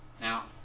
Now